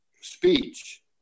speech